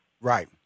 Right